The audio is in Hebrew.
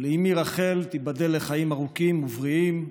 ולאימי רחל, תיבדל לחיים ארוכים ובריאים,